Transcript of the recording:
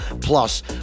plus